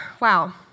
wow